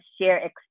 share